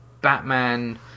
Batman